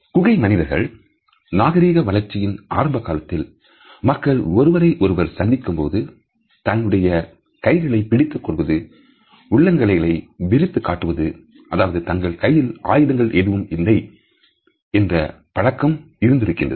குகை மனிதர்கள் நாகரிக வளர்ச்சியின் ஆரம்ப காலத்தில் மக்கள் ஒருவரை ஒருவர் சந்திக்கும் பொழுது தன்னுடைய கைகளை பிடித்துக் கொள்வது உள்ளங்கைகளை விரித்துக் காட்டுவதும் அதாவது தங்கள் கைகளில் ஆயுதங்கள் எதுவும் இல்லை என்ற பழக்கங்கள் இருந்திருக்கின்றது